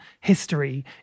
history